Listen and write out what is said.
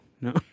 No